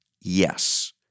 Yes